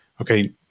Okay